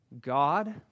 God